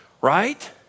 right